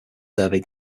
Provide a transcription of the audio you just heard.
survey